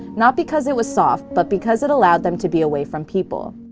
not because it was soft, but because it allowed them to be away from people.